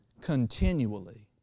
Continually